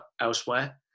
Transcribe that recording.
elsewhere